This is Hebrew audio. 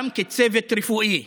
גם כצוות רפואי,